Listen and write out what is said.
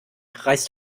reist